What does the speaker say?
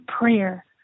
prayer